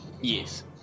Yes